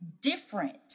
different